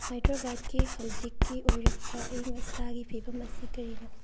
ꯍꯥꯏꯗ꯭ꯔꯕꯥꯗꯀꯤ ꯍꯧꯖꯤꯛꯀꯤ ꯑꯣꯏꯔꯛꯄ ꯑꯌꯤꯡ ꯑꯁꯥꯒꯤ ꯐꯤꯕꯝ ꯑꯁꯤ ꯀꯔꯤꯅꯣ